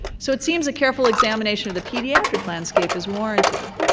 so it seems a careful examination of the pediatric landscape is warranted.